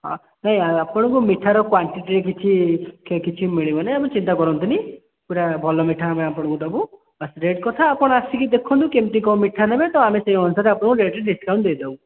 ହଁ ନାହିଁ ଆପଣଙ୍କୁ ମିଠାର କ୍ୱାଣ୍ଟିଟିରେ କିଛି କିଛି ମିଳିବନି ଆପଣ ଚିନ୍ତା କରନ୍ତୁନି ପୁରା ଭଲ ମିଠା ଆମେ ଆପଣଙ୍କୁ ଦେବୁ ରେଟ୍ କଥା ଆପଣ ଆସିକି ଦେଖନ୍ତୁ କେମିତି କ'ଣ ମିଠା ନେବେ ତ ଆମେ ସେହି ଅନୁସାରେ ଆମେ ଆପଣଙ୍କୁ ରେଟ୍ରେ ଡିସ୍କାଉଣ୍ଟ୍ ଦେଇଦେବୁ